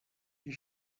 die